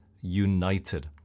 united